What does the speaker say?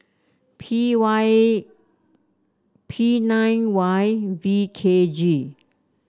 P Y P nine Y V K G